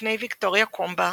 לפני ויקטוריה קומובה